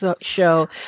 show